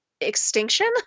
extinction